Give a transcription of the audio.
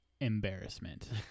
embarrassment